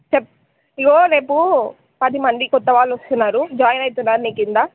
చెప్పు ఇదిగో రేపు పది మంది కొత్తవాళ్ళు వస్తున్నారు జాయిన్ అవుతున్నారు నీ కింద